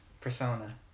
persona